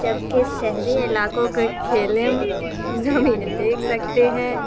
جبکہ شہری علاقوں کے کھیلے نہ ہم دیکھ سکتے ہیں